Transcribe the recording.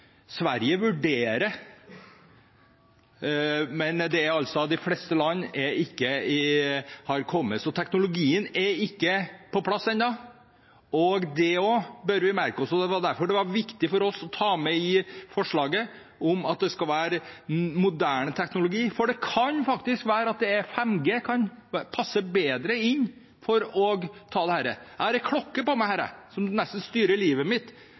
Sverige vurderer det, men de fleste land har det ikke. Teknologien er ikke på plass ennå. Også det bør vi merke oss. Det var derfor det var viktig for oss å ta med i vedtaket at det skal være moderne teknologi, for det kan faktisk være slik at 5G kan passe bedre her. Jeg har en klokke på meg her, som nesten styrer livet mitt.